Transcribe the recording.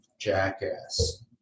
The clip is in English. Jackass